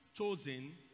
chosen